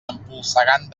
empolsegant